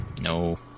No